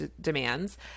demands